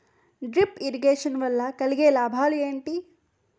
Drip irrigation వల్ల కలిగే లాభాలు ఏంటి?